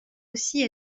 aussi